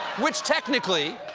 which, technically,